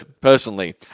personally